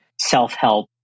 self-help